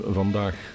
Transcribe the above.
vandaag